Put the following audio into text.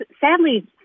Sadly